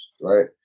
Right